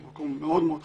שהוא מקום מאוד מאוד חשוב.